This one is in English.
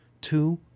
two